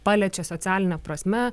paliečia socialine prasme